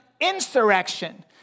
Insurrection